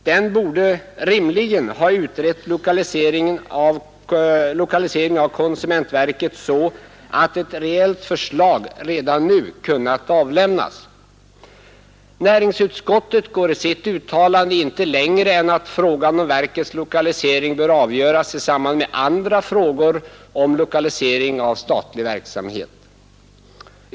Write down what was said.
Den borde rimligen ha utrett lokaliseringen av konsumentverket så att ett reellt förslag redan nu kunnat avlämnas. Näringsutskottet går i sitt uttalande inte längre än till att framhålla att frågan om verkets lokalisering bör avgöras i samband med andra frågor om lokalisering av statlig verksamhet.